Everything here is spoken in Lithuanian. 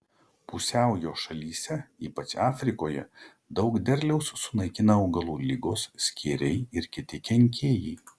pusiaujo šalyse ypač afrikoje daug derliaus sunaikina augalų ligos skėriai ir kiti kenkėjai